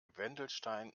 wendelstein